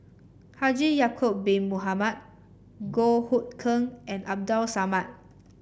Haji Ya'acob Bin Mohamed Goh Hood Keng and Abdul Samad